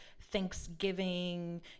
Thanksgiving